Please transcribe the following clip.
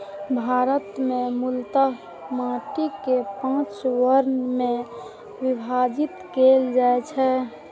भारत मे मूलतः माटि कें पांच वर्ग मे विभाजित कैल जाइ छै